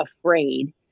afraid